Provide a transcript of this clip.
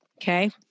Okay